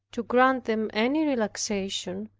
to grant them any relaxation,